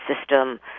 system